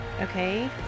Okay